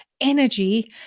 energy